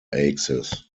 axes